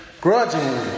grudgingly